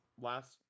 last